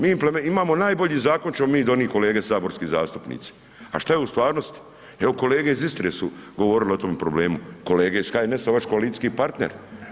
Mi imamo najbolji zakon ćemo mi donit kolege saborski zastupnici, a šta je u stvarnosti, evo kolege iz Istre su govorile o tom problemu, kolege iz HNS-a, vaš koalicijski partner.